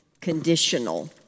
conditional